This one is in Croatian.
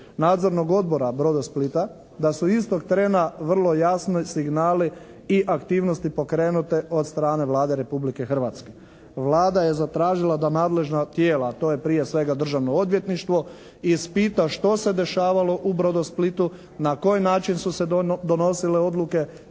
Nadzornog odbora "Brodosplita" da su istog trena vrlo jasni signali i aktivnosti pokrenute od strane Vlade Republike Hrvatske. Vlada je zatražila da nadležna tijela, a to je prije svega Državno odvjetništvo ispita što se dešavalo u "Brodosplitu", na koji način su se donosile odluke,